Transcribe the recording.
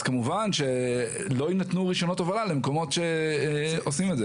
אז כמובן שלא יינתנו רישיונות הובלה למקומות שעושים את זה.